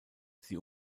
sie